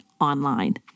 online